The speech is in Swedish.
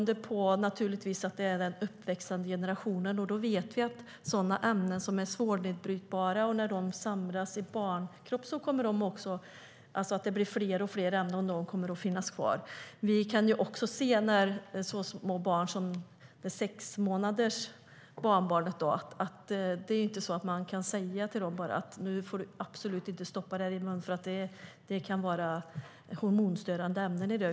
De är den uppväxande generationen, och vi vet att svårnedbrytbara ämnen som samlas i en barnkropp blir fler och fler och kommer att finnas kvar. Man kan inte säga till små barn, som barnbarnet på sex månader, att de absolut inte får stoppa en viss sak i munnen eftersom det kan vara hormonstörande ämnen i den.